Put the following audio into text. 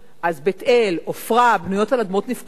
אז בית-אל, עופרה, בנויות על אדמות נפקדים.